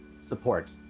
support